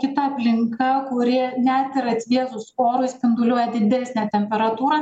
kita aplinka kuri net ir atvėsus orui spinduliuoja didesnę temperatūrą